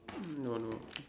no no